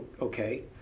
okay